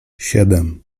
siedem